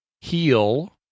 heal